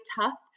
tough